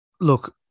Look